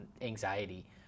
anxiety